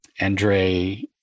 andre